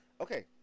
Okay